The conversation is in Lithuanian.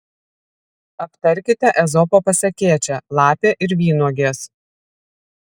aptarkite ezopo pasakėčią lapė ir vynuogės